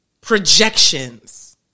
Projections